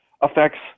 affects